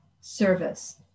service